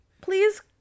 please